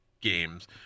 games